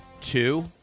two